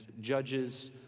judges